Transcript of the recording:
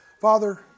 Father